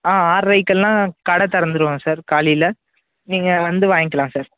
ஆ ஆறைக்கெல்லாம் கடை திறந்துருவாங்க சார் காலையில் நீங்கள் வந்து வாங்கிக்கிலாம் சார்